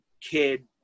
kid